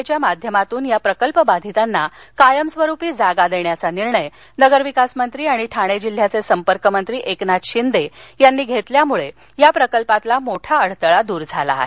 एच्या माध्यमातून या प्रकल्पबाधितांना कायमस्वरुपी जागा देण्याचा निर्णय नगरविकास मंत्री आणि ठाणे जिल्ह्याचे संपर्कमंत्री एकनाथ शिंदे यांनी घेतल्यामुळे या प्रकल्पातला मोठा अडथळा दूर झाला आहे